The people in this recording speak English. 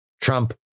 Trump